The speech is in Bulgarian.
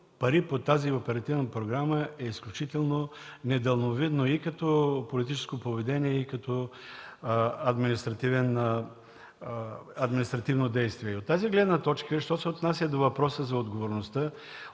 пари по тази важна програма е изключително недалновидно като политическо поведение и като административно действие. От тази гледна точка, що се отнася до въпроса за отговорността,